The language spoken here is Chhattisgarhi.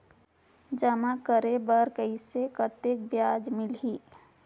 जमा करे बर कइसे कतेक ब्याज मिलही?